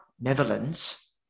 Netherlands